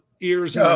ears